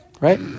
Right